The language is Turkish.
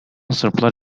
sırplar